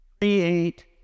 Create